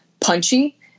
punchy